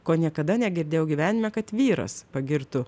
ko niekada negirdėjau gyvenime kad vyras pagirtų